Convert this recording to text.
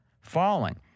falling